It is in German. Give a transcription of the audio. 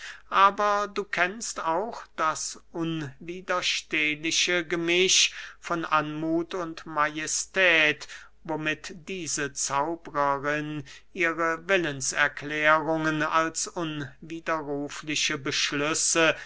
aber du kennst auch das unwiderstehliche gemisch von anmuth und majestät womit diese zauberin ihre willenserklärungen als unwiderrufliche beschlüsse